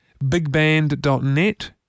Bigband.net